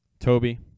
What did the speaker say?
Toby